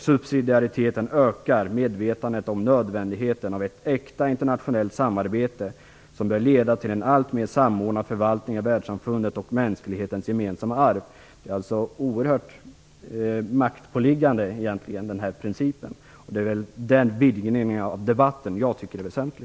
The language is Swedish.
- Subsidiariteten ökar dessutom medvetandet om nödvändigheten av ett äkta internationellt samarbete som bör leda till en allt mer samordnad förvaltning av världssamfundet och mänsklighetens gemensamma arv." Den här principen är egentligen oerhört maktpåliggande. Jag tycker att den vidgningen av debatten är väsentlig.